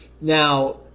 Now